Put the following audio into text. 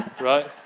Right